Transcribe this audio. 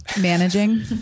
Managing